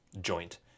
joint